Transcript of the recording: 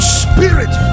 spirit